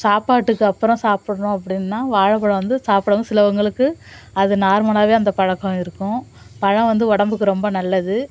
சாப்பாட்டுக்கு அப்புறோம் சாப்பிட்றோம் அப்படின்னா வாழைப்பழோம் வந்து சாப்பிடவும் சிலவங்களுக்கு அது நார்மலாகவே அந்த பழக்கம் இருக்கும் பழம் வந்து உடம்புக்கு ரொம்ப நல்லது